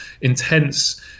intense